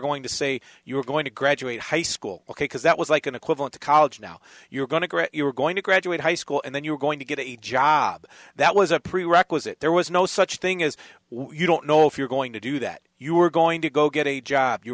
going to say you were going to graduate high school ok because that was like an equivalent to college now you're going to great you were going to graduate high school and then you were going to get a job that was a prerequisite there was no such thing as what you don't know if you're going to do that you were going to go get a job you're